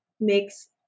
makes